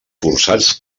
forçats